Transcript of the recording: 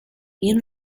این